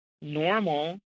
normal